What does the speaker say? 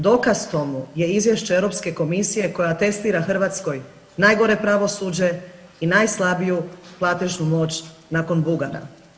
Dokaz tomu je Izvješće Europske komisije koja testira Hrvatskoj najgore pravosuđe i najslabiju platežnu moć nakon Bugara.